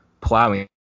plowing